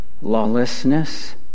lawlessness